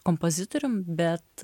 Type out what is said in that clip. kompozitorium bet